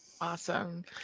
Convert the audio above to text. awesome